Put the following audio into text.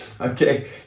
okay